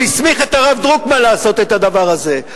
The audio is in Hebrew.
הוא הסמיך את הרב דרוקמן לעשות את הדבר הזה,